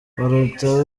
baruta